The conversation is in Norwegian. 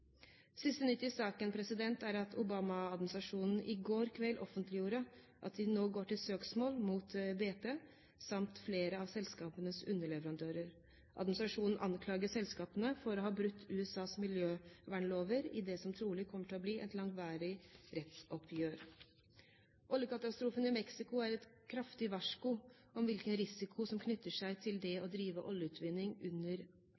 Siste nytt i saken er at Obama-administrasjonen i går kveld offentliggjorde at de nå går til søksmål mot BP samt flere av selskapets underleverandører. Administrasjonen anklager selskapene for å ha brutt USAs miljøvernlover i det som trolig kommer til å bli et langvarig rettsoppgjør. Oljekatastrofen i Mexico er et kraftig varsku om hvilken risiko som knytter seg til det å drive oljeutvinning under